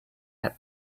had